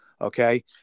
okay